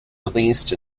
released